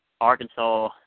Arkansas